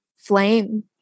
Flame